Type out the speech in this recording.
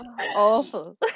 awful